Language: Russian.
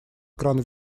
кран